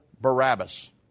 Barabbas